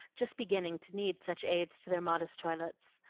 just beginning to need such aids to their modest toilets.